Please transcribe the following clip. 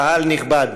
קהל נכבד.